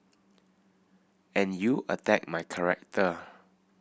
and you attack my character